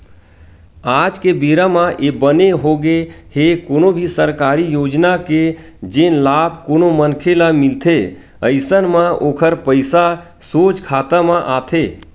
आज के बेरा म ये बने होगे हे कोनो भी सरकारी योजना के जेन लाभ कोनो मनखे ल मिलथे अइसन म ओखर पइसा सोझ खाता म आथे